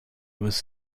was